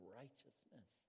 righteousness